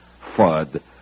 FUD